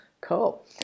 Cool